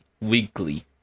weekly